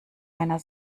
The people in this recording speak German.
meiner